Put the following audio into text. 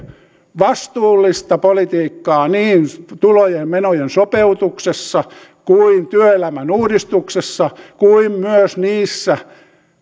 vastuullista politiikkaa niin tulojen ja menojen sopeutuksessa kuin työelämän uudistuksessa kuin myös niissä